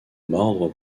mordre